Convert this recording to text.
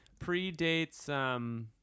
Predates